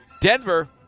Denver